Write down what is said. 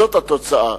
זאת התוצאה.